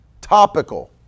topical